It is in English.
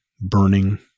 Burning